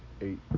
eight